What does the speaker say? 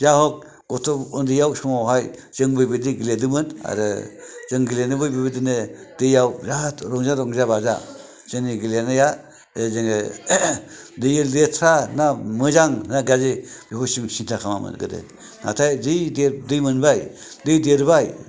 जा हग गथ' उन्दैआव समावहाय जोंबो बेबायदि गेलेदोंमोन आरो जों गेलेयोमोन बिदिनो दैआव बिराद रंजा रंजा बाजा जोंनि गेलेनाया जोङो दैया लेथ्रा ना मोजां ना गाज्रि बेखौ जों सिनथा खालामामोन गोदो नाथाय जै दै मोनबाय दै देरबाय